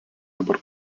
dabar